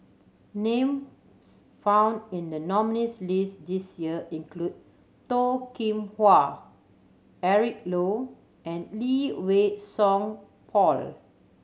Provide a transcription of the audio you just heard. names found in the nominees' list this year include Toh Kim Hwa Eric Low and Lee Wei Song Paul